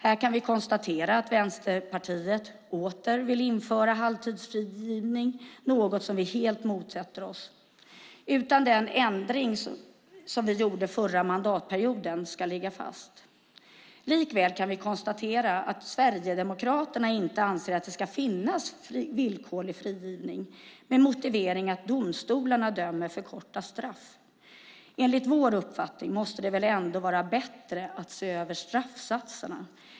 Här kan vi konstatera att Vänsterpartiet åter vill införa halvtidsfrigivning. Det är något som vi helt motsätter oss. Den ändringen som vi gjorde under den förra mandatperioden ska ligga fast. Likväl kan vi konstatera att Sverigedemokraterna inte anser att det ska finnas villkorlig frigivning med motiveringen att domstolarna dömer till för korta straff. Enligt vår uppfattning måste det väl ändå vara bättre att se över straffsatserna.